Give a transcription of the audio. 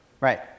right